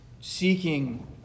seeking